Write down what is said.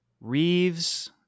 Reeves